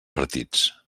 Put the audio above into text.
partits